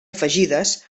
afegides